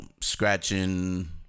scratching